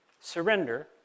surrender